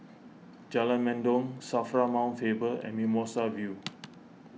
Jalan Mendong Safra Mount Faber and Mimosa View